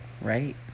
Right